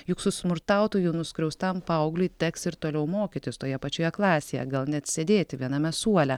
juk su smurtautoju nuskriaustam paaugliui teks ir toliau mokytis toje pačioje klasėje gal net sėdėti viename suole